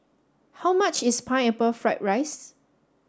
how much is Pineapple Fried Rice